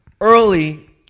early